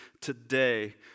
today